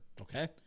Okay